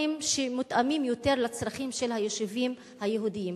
שמותאמים יותר לצרכים של היישובים היהודיים.